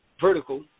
vertical